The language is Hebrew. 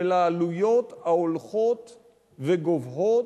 של העלויות ההולכות וגובהות,